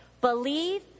believe